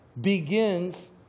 begins